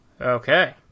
Okay